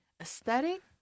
aesthetic